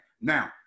Now